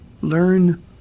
Learn